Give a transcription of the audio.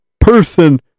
person